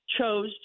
chose